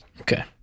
Okay